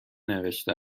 نوشته